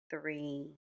three